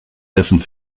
dessen